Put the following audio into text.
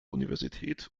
universität